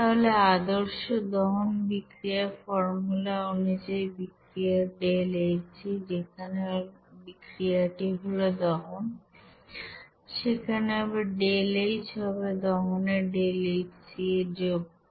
তাহলে আদর্শ দহন বিক্রিয়ার ফর্মুলা অনুযায়ী বিক্রিয়ার ΔHc যেখানে বিক্রিয়াটি হল দহন সেখানে হবে ΔH হবে দহনের ΔHc এর যোগফল